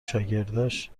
شاگرداش